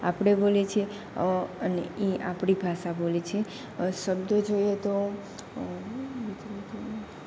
આપણે બોલીએ છીએ અને એ આપણી ભાષા બોલે છે શબ્દો જોઈએ તો